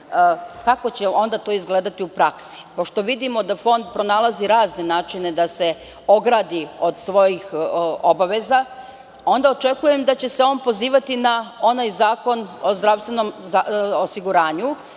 kako će onda to izgledati u praksi? Vidimo da Fond pronalazi razne načine da se ogradi od svojih obaveza, onda očekujem da će se on pozivati na onaj Zakon o zdravstvenom osiguranju.